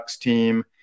team